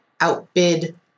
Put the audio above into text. outbid